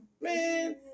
Man